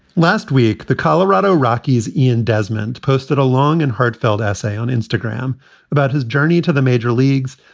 last week, the colorado rockies, ian desmond posted a long and heartfelt essay on instagram about his journey to the major leagues.